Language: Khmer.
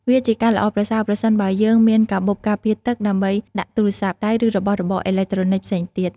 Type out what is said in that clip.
វាជាការល្អប្រសើរប្រសិនបើយើងមាន កាបូបការពារទឹក ដើម្បីដាក់ទូរស័ព្ទដៃ ឬរបស់របរអេឡិចត្រូនិកផ្សេងទៀត។